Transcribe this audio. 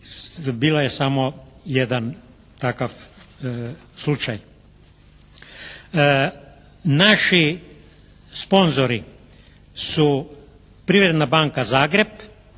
bila je samo jedan takav slučaj. Naši sponzori su Privredna banka Zagreb